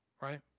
right